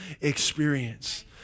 experience